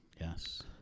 Yes